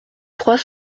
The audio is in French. trois